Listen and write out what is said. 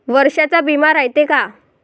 वर्षाचा बिमा रायते का?